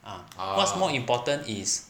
ah what's more important is